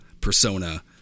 persona